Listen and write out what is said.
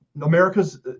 America's